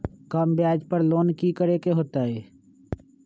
कम ब्याज पर लोन की करे के होतई?